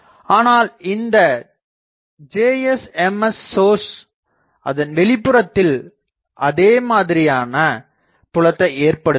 ஆனால் இந்தச் Js Ms source அதன் வெளிப்புறத்தில் அதே மாதிரியான புலத்தை ஏற்படுத்துகிறது